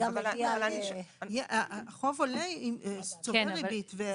החוב צובר ריבית והצמדה.